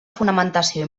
fonamentació